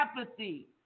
apathy